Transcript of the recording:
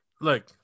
Look